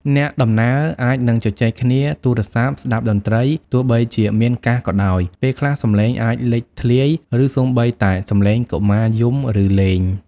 អ្នកដំណើរអាចនឹងជជែកគ្នា ទូរស័ព្ទ ស្តាប់តន្ត្រី ទោះបីជាមានកាសក៏ដោយ ពេលខ្លះសំឡេងអាចលេចធ្លាយ ឬសូម្បីតែសំឡេងកុមារយំ ឬលេង។